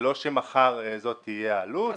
זה לא שמחר זאת תהיה העלות.